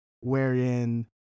wherein